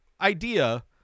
idea